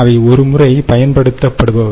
அவை ஒரு முறை பயன்படுத்தப்படுபவை